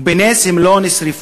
ובנס הם לא נשרפו.